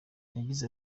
yagize